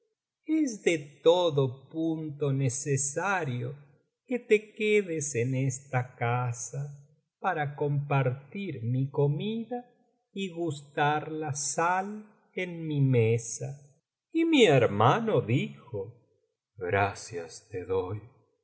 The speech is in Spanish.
es de todo punto necesario que te quedes en esta casa para compartir mi comida y gustar la sal en mi mesa y mi hermano dijo gracias te doy oh